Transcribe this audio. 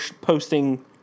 posting